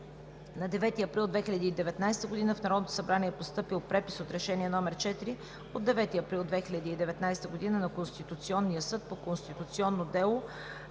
На 9 април 2019 г. в Народното събрание е постъпил препис от Решение № 4 от 9 април 2019 г. на Конституционния съд по конституционно дело